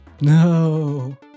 No